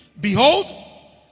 Behold